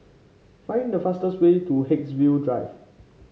find the fastest way to Haigsville Drive